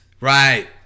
right